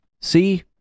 See